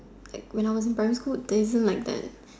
like when I in primary school it wasn't like that